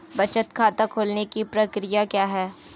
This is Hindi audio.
बचत खाता खोलने की प्रक्रिया क्या है?